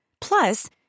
Plus